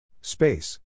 Space